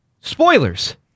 spoilers